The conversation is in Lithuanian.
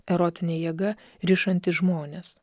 erotinė jėga rišanti žmones